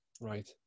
Right